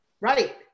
Right